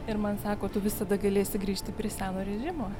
ir man sako tu visada galėsi grįžti prie seno režimo